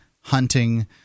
hunting